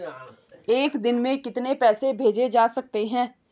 एक दिन में कितने पैसे भेजे जा सकते हैं?